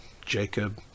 Jacob